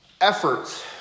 efforts